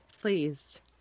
Please